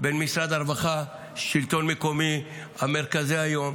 בין משרד הרווחה, השלטון המקומי ומרכזי היום.